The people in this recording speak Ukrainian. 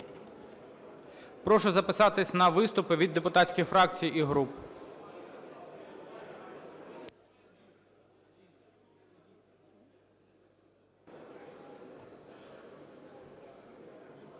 прошу записатися на виступи від депутатських фракцій і груп.